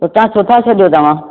उतां छो था छाॾियो तव्हां